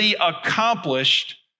accomplished